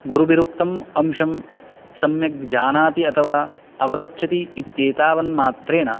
गुरुभिरुक्तम् अंशं सम्यक् जानाति अथवा अवगच्छति इत्येतावन् मात्रेण